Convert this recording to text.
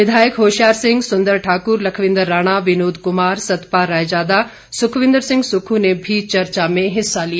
विधायक होशियार सिंह सुंदर ठाकुर लखविंद्र राणा विनोद कुमार सतपाल रायजादा सुखविंद्र सिंह सुक्खू ने भी चर्चा में हिस्सा लिया